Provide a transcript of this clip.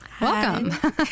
Welcome